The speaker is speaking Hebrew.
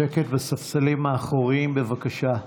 שקט בספסלים האחוריים, בבקשה.